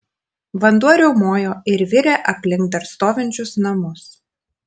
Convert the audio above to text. vanduo riaumojo ir virė aplink dar stovinčius namus